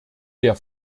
der